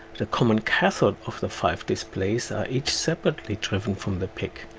the common cathode of the five displays are each separately driven from the pic.